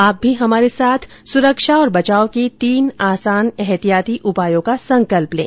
आप भी हमारे साथ सुरक्षा और बचाव के तीन आसान एहतियाती उपायों का संकल्प लें